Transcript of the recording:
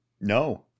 No